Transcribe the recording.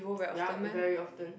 ya very often